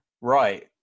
Right